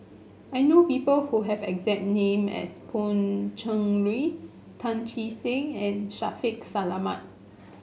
I know people who have exact name as Pan Cheng Lui Tan Che Sang and Shaffiq Selamat